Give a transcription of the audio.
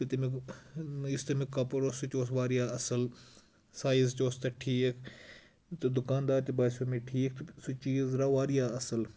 تہٕ تیٚمیُٚک یُس تیٚمیُٚک کَپُر اوس سُہ تہِ اوس واریاہ اَصٕل سایِز تہِ اوس تَتھ ٹھیٖک تہٕ دُکاندار تہِ باسیٚو مےٚ ٹھیٖک سُہ چیٖز درٛاو واریاہ اَصٕل